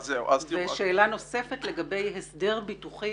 שאלה נוספת לגבי הסדר ביטוחי